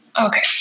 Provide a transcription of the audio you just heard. Okay